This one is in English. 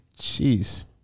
Jeez